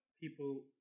people